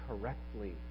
correctly